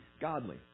godly